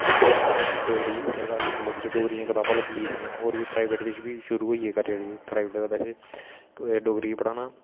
डोगरी सरकारी स्कूलें बिच्च डोगरी दियां कताबां लग्गी गेदियां होर प्राईवेट बिच्च बी शुरू कराई ओड़े दा बैसे डोगरी गी पढ़ाना